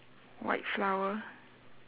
white flower